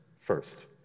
first